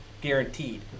guaranteed